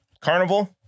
carnival